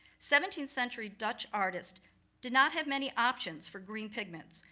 seventeenth century dutch artists did not have many options for green pigments,